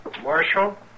Marshal